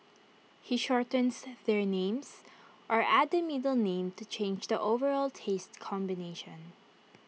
he shortens their names or adds the middle name to change the overall taste combination